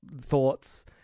thoughts